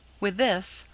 with this,